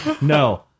No